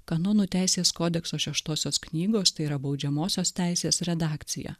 kanonų teisės kodekso šeštosios knygos tai yra baudžiamosios teisės redakcija